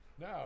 no